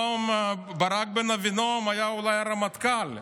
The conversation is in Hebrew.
ברק בן אבינעם היה אולי הרמטכ"ל,